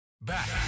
Back